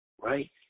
right